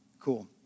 Cool